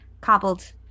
cobbled